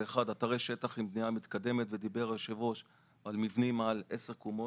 שהם אתרי שטח עם בנייה מתקדמת ודיבר היושב-ראש על מבנים מעל עשר קומות.